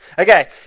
Okay